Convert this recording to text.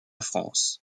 france